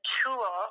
tool